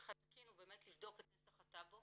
התקין הוא באמת לבדוק את נסח הטאבו